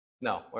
no